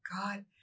god